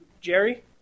Jerry